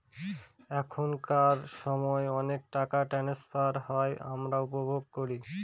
এখনকার সময় অনেক টাকা ট্রান্সফার হয় আমরা উপভোগ করি